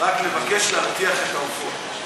רק לבקש להרתיח את העופות.